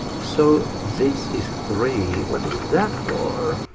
so this is three. what is that for?